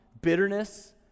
bitterness